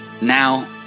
now